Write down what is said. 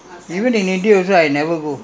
I don't you know my